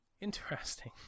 Interesting